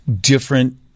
different